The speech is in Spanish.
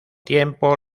tiempo